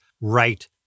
right